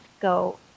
go